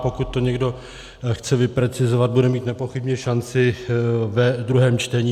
Pokud to někdo chce vyprecizovat, bude mít nepochybně šanci ve druhém čtení.